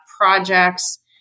projects